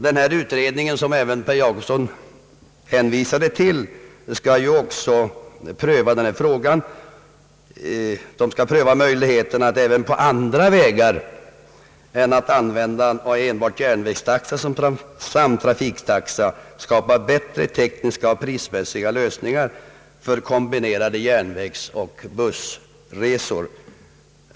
Den utredning som även herr Per Jacobsson hänvisade till skall ju också pröva denna fråga. Den skall pröva möjligheterna att även på andra vägar än genom användande av enbart järnvägstaxan som samtrafiktaxa skapa bättre tekniska och prismässiga lösningar för kombinerade järnvägsoch bussresor.